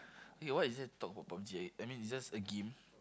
eh what is there to talk about Pub-G I I mean it's just a game